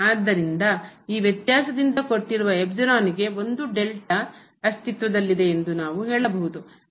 ಆದ್ದರಿಂದ ಈ ವ್ಯತ್ಯಾಸದಿಂದ ಕೊಟ್ಟಿರುವ ಗೆ ಒಂದು ಅಸ್ತಿತ್ವದಲ್ಲಿದೆ ಎಂದು ನಾವು ಹೇಳಬಹುದು